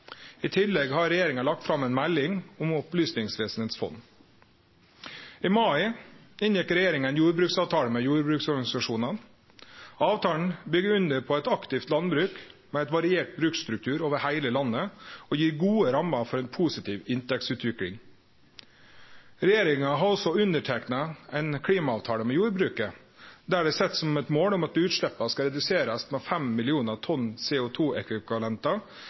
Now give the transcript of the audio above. I tillegg har regjeringa lagt fram ei melding om Opplysningsvesenets fond. I mai inngjekk regjeringa ein jordbruksavtale med jordbruksorganisasjonane. Avtalen byggjer opp under eit aktivt landbruk med variert bruksstruktur over heile landet og gir gode rammer for ei positiv inntektsutvikling. Regjeringa har også underteikna ein klimaavtale med jordbruket, der det er sett eit mål om at utsleppa skal reduserast med 5 mill. tonn